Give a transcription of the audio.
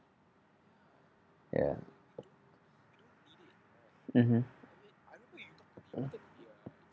ya mmhmm